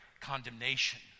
condemnation